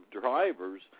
drivers